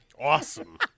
Awesome